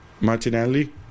Martinelli